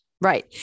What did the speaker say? Right